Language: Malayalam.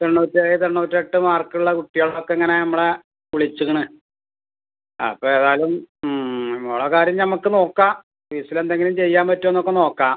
തൊണ്ണൂറ്റേഴ് തൊണ്ണൂറ്റെട്ട് മാർക്ക് ഉള്ള കുട്ടികൾ ഒക്കെ ഇങ്ങനെ നമ്മളെ വിളിച്ചിരിക്കുന്നു അപ്പോൾ ഏതായാലും മോളെ കാര്യം നമുക്ക് നോക്കാം ഫീസിൽ എന്തെങ്കിലും ചെയ്യാൻ പറ്റുമോ എന്നൊക്കെ നോക്കാം